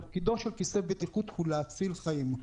תפקידו של כיסא בטיחות הוא להציל חיים.